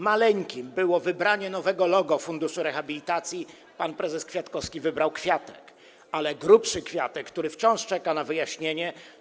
Maleńkim kwiatkiem było wybranie nowego logo funduszu rehabilitacji, pan prezes Kwiatkowski wybrał kwiatek, ale grubszy kwiatek, który wciąż czeka na wyjaśnienie.